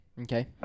Okay